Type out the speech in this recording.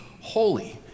holy